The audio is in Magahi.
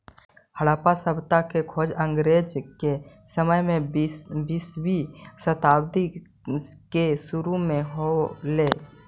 हड़प्पा सभ्यता के खोज अंग्रेज के समय में बीसवीं शताब्दी के सुरु में हो ले